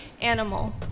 Animal